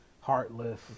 heartless